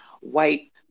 white